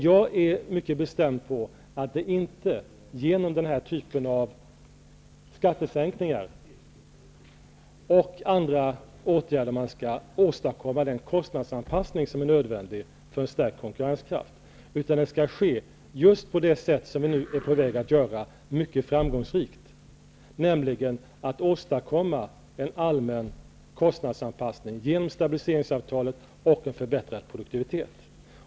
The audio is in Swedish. Jag är mycket bestämd beträffande att det inte är genom den här typen av skattesänkningar och andra åtgärder som man skall åtstadkomma den kostnadsanpassning som är nödvändig för en stark konkurrenskraft. Det skall ske just på det sätt som vi nu är på väg att göra mycket framgångsrikt, nämligen att åstadkomma en allmän kostnadsanpassning genom stabiliseringsavtalet och en förbättrad produktivitet.